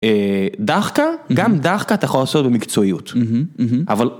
דחקה, גם דחקה אתה יכול לעשות במקצועיות.